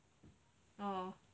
oh